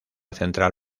central